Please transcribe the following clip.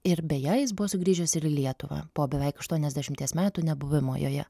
ir beje jis buvo sugrįžęs ir į lietuvą po beveik aštuoniasdešimties metų nebuvimo joje